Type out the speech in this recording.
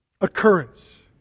occurrence